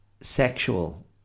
sexual